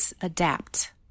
adapt